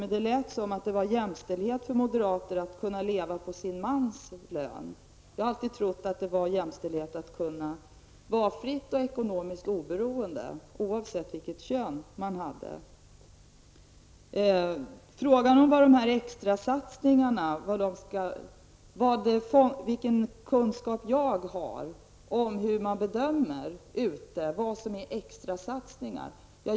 Men det lät som om det var jämställdhet för moderaterna att kunna leva på sin mans lön. Jag har alltid trott att det var jämställdhet att kunna vara ekonomiskt oberoende, oavsett vilket kön man har. Vidare har vi frågan om vilken kunskap jag har om bedömningen av vad som är extra satsningar.